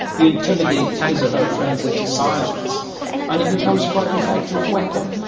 you intimidate his or her friends into silence and it becomes quite an effective weapon.